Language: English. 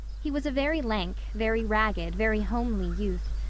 he was a very lank, very ragged, very homely youth.